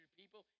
people